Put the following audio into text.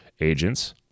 agents